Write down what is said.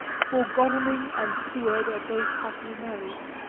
for godalming and seward are both happily married.